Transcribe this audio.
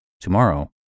tomorrow